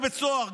בבית הסוהר,